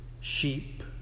sheep